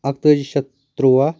اکتٲجی شیٚتھ ترٛووا